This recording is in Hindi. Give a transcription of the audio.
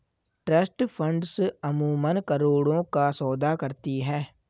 ट्रस्ट फंड्स अमूमन करोड़ों का सौदा करती हैं